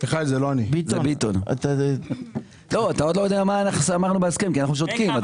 אתה עוד לא יודע מה אמרנו בהסכם, כי אנחנו שותקים.